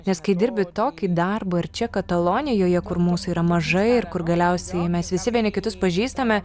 nes kai dirbi tokį darbą ir čia katalonijoje kur mūsų yra mažai ir kur galiausiai mes visi vieni kitus pažįstame